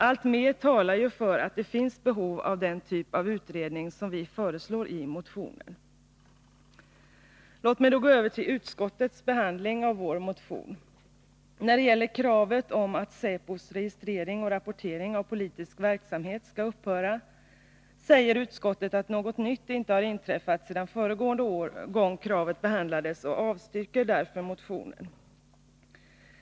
Alltmer talar ju för att det finns behov av den typ av utredning som vi föreslår i motionen. Låt mig sedan gå över till utskottets behandling av vår motion. När det gäller kravet på att säpos registrering och rapportering av politisk verksamhet skall upphöra, säger utskottet att något nytt inte har inträffat sedan föregående gång kravet behandlades och avstyrker därför motionen.